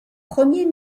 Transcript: premier